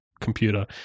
computer